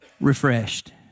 refreshed